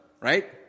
right